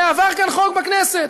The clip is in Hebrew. ועבר כאן חוק בכנסת.